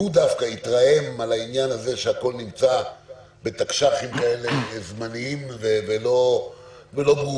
הוא דווקא התרעם על כך שהכול נמצא בתקש"חים זמניים ולא ברורים.